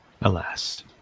Alas